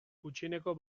gutxieneko